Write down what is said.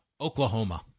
Oklahoma